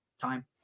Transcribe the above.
time